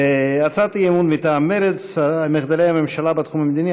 הצעת אי-אמון מטעם מרצ: מחדלי הממשלה בתחום המדיני,